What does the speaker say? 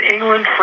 England